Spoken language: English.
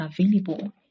available